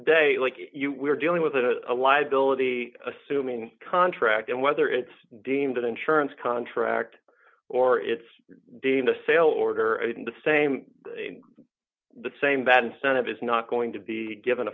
day like you we're dealing with a liability assuming contract and whether it's deemed an insurance contract or it's deemed a sale order the same the same bad incentive is not going to be given